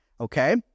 Okay